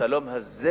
השלום הזה